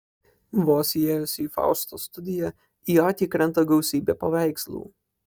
vos įėjus į faustos studiją į akį krenta gausybė paveikslų